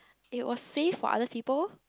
it was safe for other people